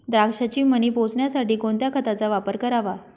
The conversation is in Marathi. द्राक्षाचे मणी पोसण्यासाठी कोणत्या खताचा वापर करावा?